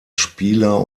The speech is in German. spieler